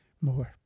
more